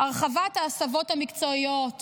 הרחבת ההסבות המקצועיות